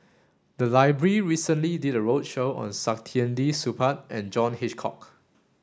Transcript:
the library recently did a roadshow on Saktiandi Supaat and John Hitchcock